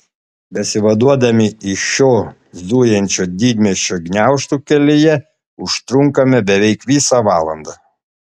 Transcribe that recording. besivaduodami iš šio zujančio didmiesčio gniaužtų kelyje užtrunkame beveik visą valandą